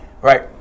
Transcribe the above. Right